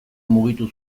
mugitu